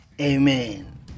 Amen